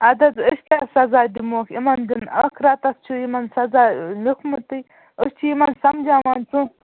اَدٕ حظ أسۍ کیٛاہ سَزا دِمہوکھ یِمَن دِن ٲخرَتَس چھِ یِمَن سزا لیٛوٗکھمُتٕے أسۍ چھِ یِمَن سَمجاوان